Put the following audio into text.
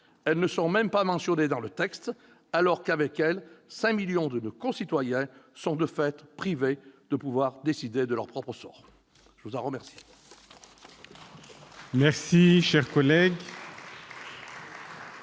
Elles ne sont même pas mentionnées dans ce texte, alors qu'avec elles 5 millions de nos concitoyens sont de fait privés de la capacité de décider de leur propre sort ! La parole